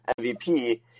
MVP